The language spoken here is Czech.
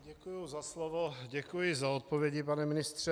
Děkuji za slovo a děkuji za odpovědi, pane ministře.